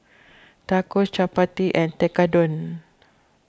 Tacos Chapati and Tekkadon